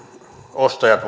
ostajat